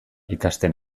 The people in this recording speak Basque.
ikasten